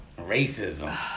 racism